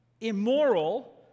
immoral